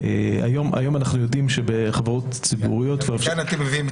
אבל את מבינה --- גם התחברתי לדברים שנאמרו קודם לכן,